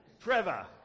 Trevor